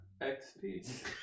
XP